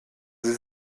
sie